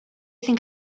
think